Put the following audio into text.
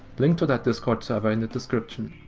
link to that discord server in the description.